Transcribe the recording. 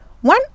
One